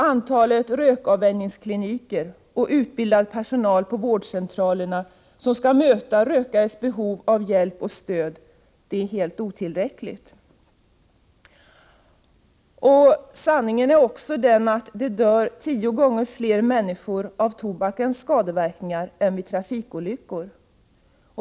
Antalet rökavvänjningskliniker och den utbildade personal på vårdcentralerna som skall möta rökares behov av hjälp och stöd är helt otillräckliga. Sanningen är också den att det dör tio gånger fler människor av tobakens skadeverkningar än genom trafikolyckor.